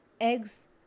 eggs